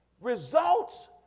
results